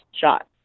shot